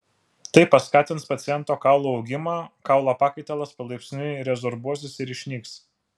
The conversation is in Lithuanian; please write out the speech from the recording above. tai paskatins paciento kaulo augimą kaulo pakaitalas palaipsniui rezorbuosis ir išnyks